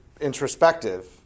introspective